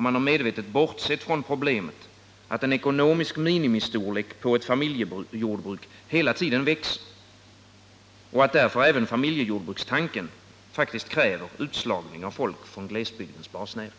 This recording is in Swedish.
Man har medvetet bortsett från problemet att en ekonomisk minimistorlek på ett familjejordbruk hela tiden växer och att därför även familjejordbrukstanken faktiskt kräver utslagning av folk från glesbygdens basnäring.